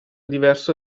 diverso